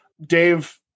Dave